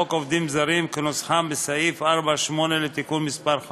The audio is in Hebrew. לחוק עובדים זרים כנוסחם בסעיף 4(8) לתיקון מס' 5,